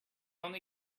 only